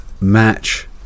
match